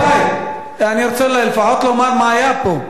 רבותי, אני רוצה לפחות לומר מה היה פה.